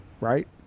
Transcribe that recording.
right